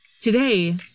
Today